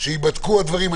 שייבדקו הדברים.